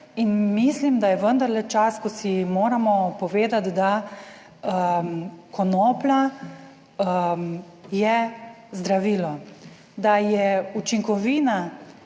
in mislim, da je vendarle čas, ko si moramo povedati, da konoplja je zdravilo, da je učinkovina